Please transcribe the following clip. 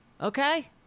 okay